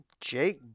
Jake